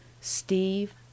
Steve